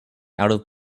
out